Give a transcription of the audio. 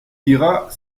diras